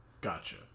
Gotcha